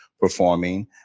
performing